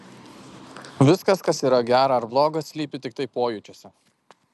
viskas kas yra gera ar bloga slypi tiktai pojūčiuose